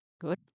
Good